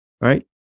right